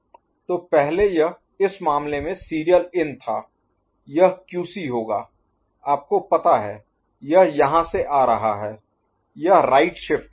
SD S1'S0'QD S1'S0QC S1S0'SLSER S1S0D तो पहले यह इस मामले में सीरियल इन था यह क्यूसी होगा आप को पता है यह यहाँ से आ रहा है यह राइट शिफ्ट है